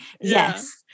Yes